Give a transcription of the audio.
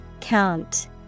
Count